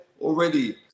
already